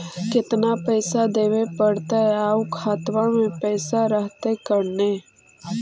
केतना पैसा देबे पड़तै आउ खातबा में पैसबा रहतै करने?